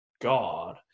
God